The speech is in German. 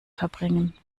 verbringen